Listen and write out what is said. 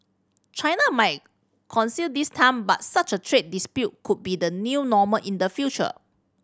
China might concede this time but such a trade dispute could be the new normal in the future